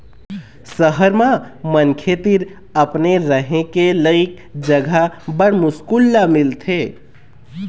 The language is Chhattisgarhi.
सहर म मनखे तीर अपने रहें के लइक जघा बड़ मुस्कुल ल मिलथे